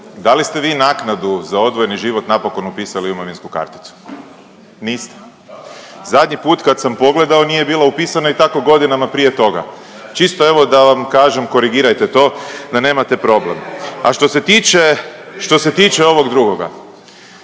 da li ste vi naknadu za odvojeni život napokon upisali u imovinsku karticu? Niste. Zadnji put kad sam pogledao nije bilo upisano i tako godinama prije toga. Čisto evo da vam kažem korigirajte to da nemate problem. A što se tiče, što